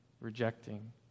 rejecting